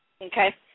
Okay